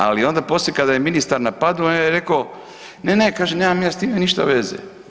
Ali onda poslije kada je ministar napadnuo, onda je rekao, ne, ne kaže, nemam ja s time ništa veze.